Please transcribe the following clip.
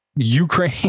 Ukraine